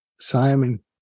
Simon